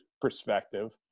perspective